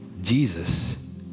Jesus